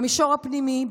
במישור הפנימי,